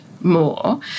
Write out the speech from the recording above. more